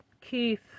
keith